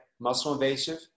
muscle-invasive